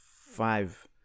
five